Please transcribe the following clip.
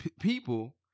people